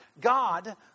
God